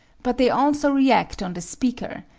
but they also react on the speaker,